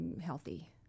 healthy